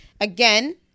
again